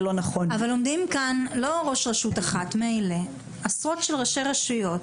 עומדים כאן לא ראש רשות אחד אלא עשרות ראשי רשויות